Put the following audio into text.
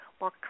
more